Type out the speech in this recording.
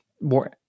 more